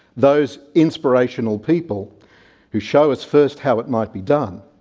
those inspirational people who show us first how it might be done,